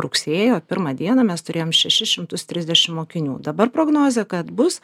rugsėjo pirmą dieną mes turėjome šešis šimtus trisdešimt mokinių dabar prognozę kad bus